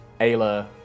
Ayla